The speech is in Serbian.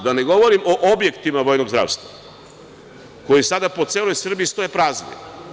Da ne govorim o objektima vojnog zdravstva koji sada po celoj Srbiji stoje prazni.